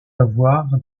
avoir